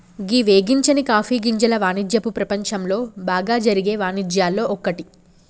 గీ వేగించని కాఫీ గింజల వానిజ్యపు ప్రపంచంలో బాగా జరిగే వానిజ్యాల్లో ఒక్కటి